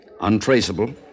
Untraceable